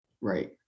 Right